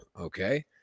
okay